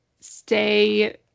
stay